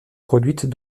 produites